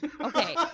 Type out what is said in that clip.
Okay